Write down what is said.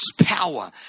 power